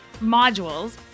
modules